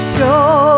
Show